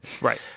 Right